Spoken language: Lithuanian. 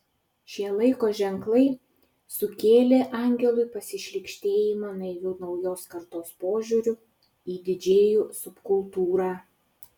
šie laiko ženklai sukėlė angelui pasišlykštėjimą naiviu naujos kartos požiūriu į didžėjų subkultūrą